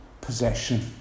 possession